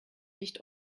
nicht